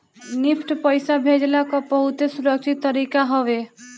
NEFT पईसा भेजला कअ बहुते सुरक्षित तरीका हवे